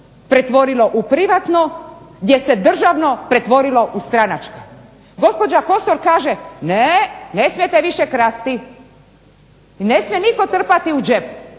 pretvorilo u privatno, gdje se državno pretvorilo u stranačko. Gospođa Kosor kaže ne, ne smijete više krasti i ne smije nitko trpati u džep.